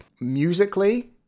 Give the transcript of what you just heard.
musically